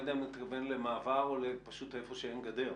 יודע אם אתה מתכוון למעבר או פשוט לאיפה שאין גדר.